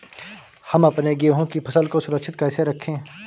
हम अपने गेहूँ की फसल को सुरक्षित कैसे रखें?